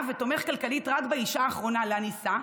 ותומך כלכלית רק באישה האחרונה שלה נישא,